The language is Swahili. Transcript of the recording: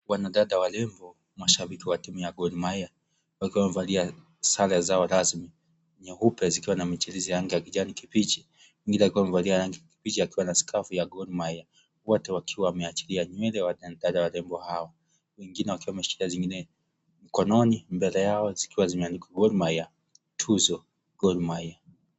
Wanadada warefu mashabiki wa team ya Gormahia wakiwa wamevalia sare zao rasmi nyeupe zikiwa na mijirisi ya rangi ya kijani kibichi mwingine akiwa amevalia rangi kibichi akiwa na skafu ya Gormahia wote wakiwa wameachilia nywele wamejitahidi warembo hawo wengine wakiwa wameshikilia zingine mkononi mbele yao zikiwazimeandikwa Gormahia tuzo Gormahia.